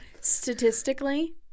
Statistically